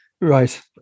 Right